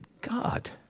god